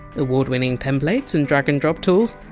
award-winning templates and drag-and-drop tools?